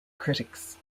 critics